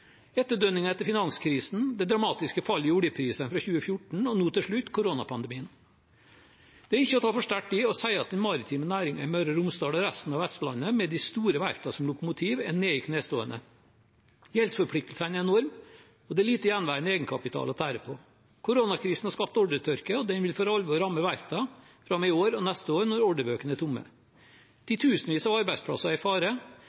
etter finanskrisen, det dramatiske fallet i oljepriser fra 2014 og nå til slutt koronapandemien. Det er ikke å ta for sterkt i å si at den maritime næringen i Møre og Romsdal og resten av Vestlandet, med de store verftene som lokomotiv, er meget nedslående. Gjeldsforpliktelsene er enorme, og det er lite gjenværende egenkapital å tære på. Koronakrisen har skapt oljetørke, og den vil for alvor ramme verftene i år og neste år når ordrebøkene er tomme. Titusenvis av arbeidsplasser er i fare,